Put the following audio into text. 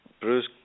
Bruce